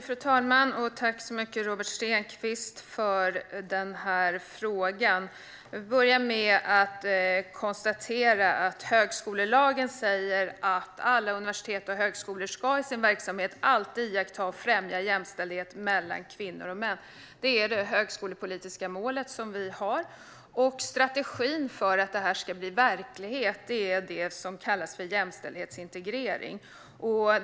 Fru talman! Tack så mycket, Robert Stenkvist, för den här frågan! Jag vill börja med att konstatera att högskolelagen säger att alla universitet och högskolor i sin verksamhet alltid ska iaktta och främja jämställdhet mellan kvinnor och män. Det är det högskolepolitiska målet som vi har. Strategin för att det här ska bli verklighet är det som kallas för jämställdhetsintegrering.